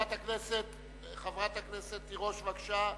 חברת הכנסת תירוש, בבקשה.